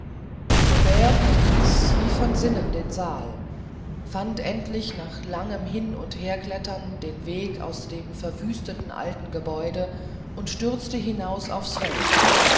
verließ wie von sinnen den saal fand endlich nach langem hin und herklettern den weg aus dem verwünschten alten gebäude und stürzte hinaus auf's feld